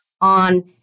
on